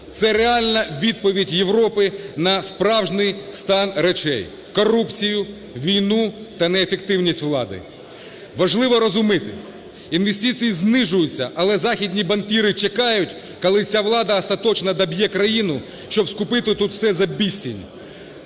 Це реальна відповідь Європи на справжній стан речей, корупцію, війну та неефективність влади. Важливо розуміти, інвестиції знижуються, але західні банкіри чекають, коли ця влада остаточно доб'є країну, щоб купити тут все за безцінь,